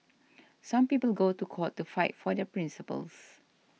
some people go to court to fight for their principles